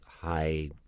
high